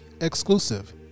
Exclusive